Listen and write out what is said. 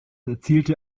erzielte